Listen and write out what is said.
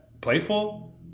Playful